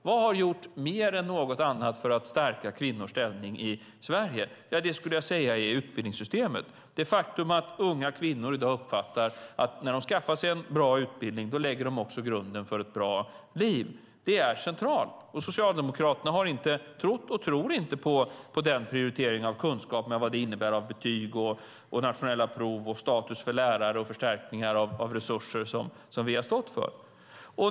Vad har gjort mer än något annat för att stärka kvinnors ställning i Sverige? Ja, det skulle jag säga är utbildningssystemet, det faktum att unga kvinnor i dag uppfattar att när de skaffar sig en bra utbildning lägger de också grunden för ett bra liv. Det är centralt. Socialdemokraterna har inte trott och tror inte på den prioriteringen av kunskap, med allt vad det innebär av betyg, nationella prov, status för lärare och förstärkningar av resurser som vi har stått för.